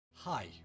Hi